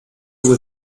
with